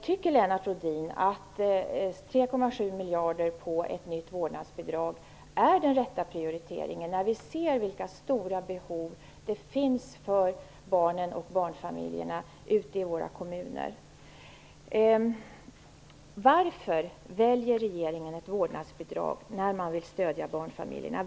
Tycker Lennart Rohdin att 3,7 miljarder på ett nytt vårdnadsbidrag är den rätta prioriteringen? Vi ser vilka stora behov det finns för barnen och barnfamiljerna ute i våra kommuner. Om man vill stödja barnfamiljerna, varför väljer regeringen ett vårdnadsbidrag?